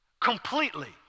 completely